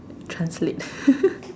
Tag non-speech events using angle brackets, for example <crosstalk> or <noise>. translate <laughs>